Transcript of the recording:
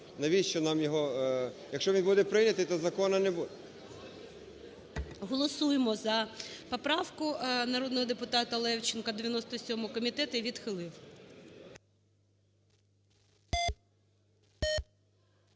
Якщо він буде прийнятий, то закону… ГОЛОВУЮЧИЙ. Голосуємо за поправку народного депутата Левченка, 97-у. Комітет її відхилив.